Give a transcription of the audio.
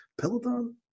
Peloton